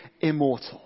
Immortal